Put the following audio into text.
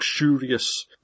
luxurious